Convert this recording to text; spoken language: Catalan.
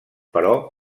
però